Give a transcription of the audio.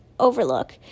overlook